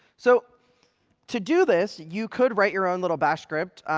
so to do this, you could write your own little bash script.